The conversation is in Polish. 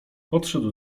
podszedł